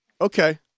Okay